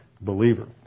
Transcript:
believer